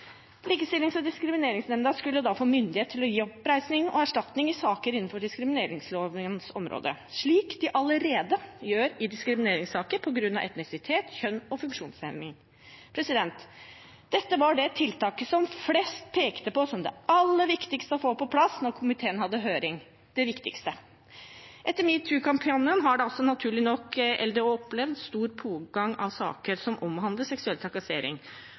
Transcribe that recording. Likestillings- og diskrimineringsnemnda skulle da få myndighet til å gi oppreisning og erstatning i saker innenfor diskrimineringslovgivningens område, slik de allerede gjør i diskrimineringssaker på grunn av etnisitet, kjønn og funksjonshemning. Dette var det tiltaket som flest pekte på som det aller viktigste å få på plass da komiteen hadde høring. Etter metoo-kampanjen har naturlig nok LDO opplevd stor pågang av saker som omhandler seksuell trakassering,